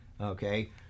okay